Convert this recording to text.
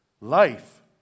life